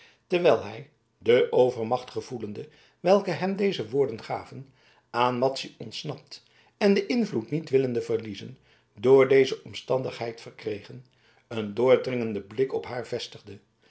terwijl hij de overmacht gevoelende welke hem deze woorden gaven aan madzy ontsnapt en den invloed niet willende verliezen door deze omstandigheid verkregen een doordringenden blik op haar vestigde